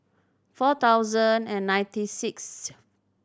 four thousand and ninety sixth